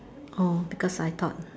oh because I thought